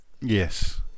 Yes